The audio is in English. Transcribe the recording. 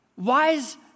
Wise